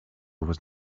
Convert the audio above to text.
was